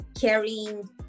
caring